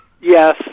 Yes